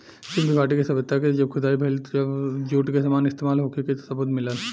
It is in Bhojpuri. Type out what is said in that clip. सिंधु घाटी के सभ्यता के जब खुदाई भईल तब जूट के सामान इस्तमाल होखे के सबूत मिलल